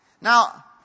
Now